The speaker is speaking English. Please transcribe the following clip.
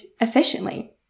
efficiently